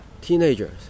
teenagers